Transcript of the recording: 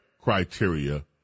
criteria